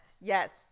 yes